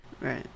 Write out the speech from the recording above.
Right